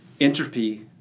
entropy